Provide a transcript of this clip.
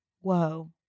whoa